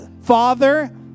father